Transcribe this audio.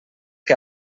que